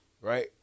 right